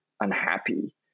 unhappy